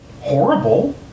horrible